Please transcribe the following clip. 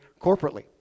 corporately